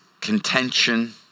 contention